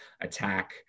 attack